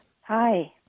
Hi